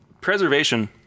preservation